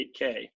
8k